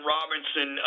Robinson